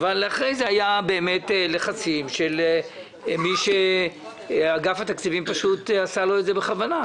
להצבעה אבל היו לחצים ואגף התקציבים עשה את זה בכוונה,